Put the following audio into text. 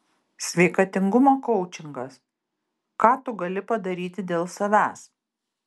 sveikatingumo koučingas ką tu gali padaryti dėl savęs